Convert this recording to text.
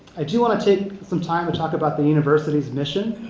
i do want to take some time and talk about the university's mission,